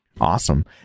Awesome